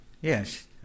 Yes